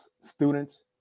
students